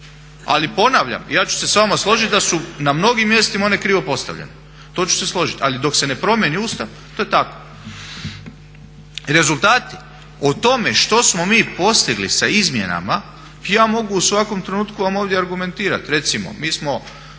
Ali ponavljam, ja ću se s vama složiti da su na mnogim mjestima one krivo postavljene, to ću se složiti, ali dok se ne promijeni Ustav to je tako. Rezultati, o tome što smo mi postigli sa izmjenama, ja mogu u svakom trenutku vam ovdje argumentirati. Recimo mi smo